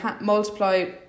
multiply